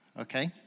okay